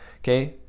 okay